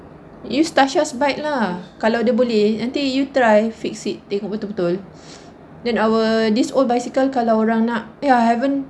use tasha's bike lah kalau dia boleh nanti you try fix it tengok betul betul then our this old bicycle kalau orang nak ya I haven't